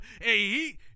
Hey